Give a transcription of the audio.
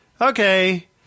Okay